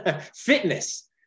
fitness